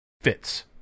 fits